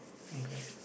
okay